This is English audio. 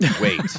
Wait